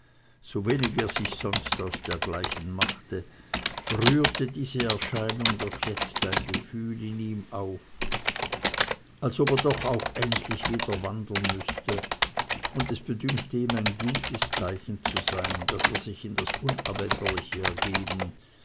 so wenig er sich sonst aus dergleichen machte rührte diese erscheinung doch jetzt ein gefühl in ihm auf als ob er doch auch endlich wieder wandern müßte und es bedünkte ihm ein gutes zeichen zu sein daß er sich in das unabänderliche ergeben